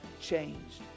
changed